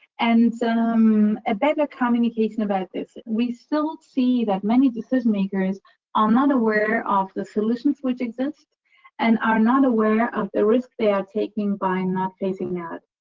and um ah better communication about this. we still see that many decision makers are um not aware of the solutions which exist and are not aware of the risk they are taking by not facing that.